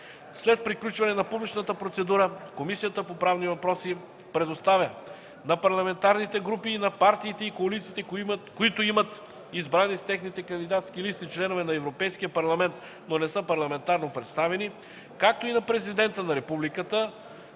След приключване на публичната процедура, Комисията по правни въпроси предоставя на парламентарните групи и на партиите и коалициите, които имат избрани с техните кандидатски листи членове на Европейския парламент, но не са парламентарно представени, както и на Президента на Републиката,